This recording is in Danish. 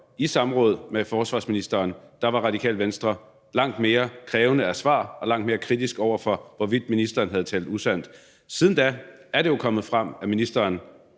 et samråd med forsvarsministeren var Radikale Venstre langt mere krævende i forhold til svar og langt mere kritiske, i forhold til hvorvidt ministeren havde talt usandt. Siden da er det jo kommet frem, at ministeren